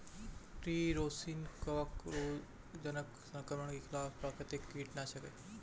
tree rosin कवक रोगजनक संक्रमण के खिलाफ प्राकृतिक कीटनाशक है